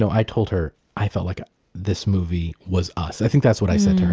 so i told her, i felt like ah this movie was us. i think that's what i said to her,